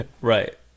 Right